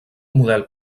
model